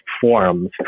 forums